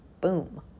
Boom